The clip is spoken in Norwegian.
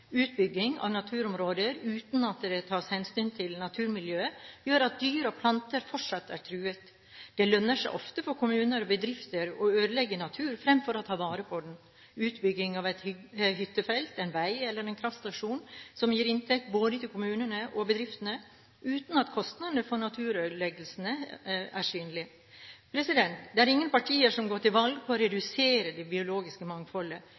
Utbygging av naturområder uten at det tas hensyn til naturmiljøet, gjør at dyr og planter fortsatt er truet. Det lønner seg ofte for kommuner og bedrifter å ødelegge natur fremfor å ta vare på den. Utbygging av et hyttefelt, en vei eller en kraftstasjon gir inntekter både til kommuner og bedrifter, uten at kostnadene ved naturødeleggelsene er synlige. Det er ingen partier som går til valg på å redusere det biologiske mangfoldet,